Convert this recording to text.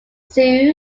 zoo